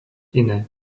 iné